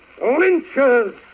lynchers